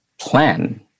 plan